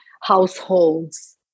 households